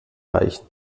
reichen